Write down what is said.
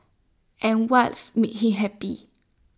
and what's make him happy